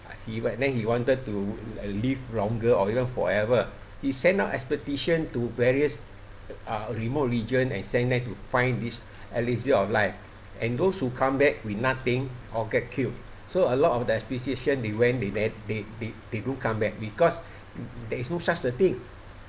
he want then he wanted to uh live longer or even forever he send out expedition to various uh remote region and send that to find this elixir of life and those who come back with nothing all get killed so a lot of that expedition they went they that they they they don't come back because there is no such a thing